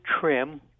trim